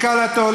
לכלתו,